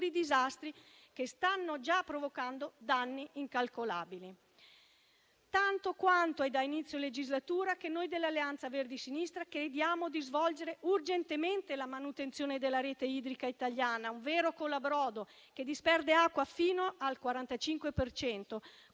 disastri che stanno già provocando danni incalcolabili. È da inizio legislatura che noi dell'Alleanza Verdi e Sinistra chiediamo di svolgere urgentemente la manutenzione della rete idrica italiana, un vero colabrodo, che disperde acqua fino al 45